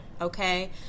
Okay